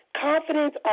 Confidence